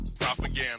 Propaganda